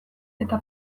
eta